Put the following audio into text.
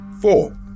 Four